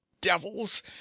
devils